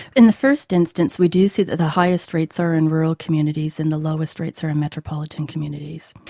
in the first instance we do see that the highest rates are in rural communities and the lowest rates are in metropolitan communities,